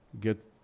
get